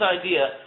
idea